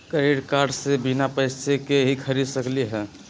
Credit card से बिना पैसे के ही खरीद सकली ह?